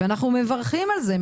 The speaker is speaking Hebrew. ואנחנו מברכים על זה,